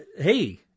Hey